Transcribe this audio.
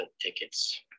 tickets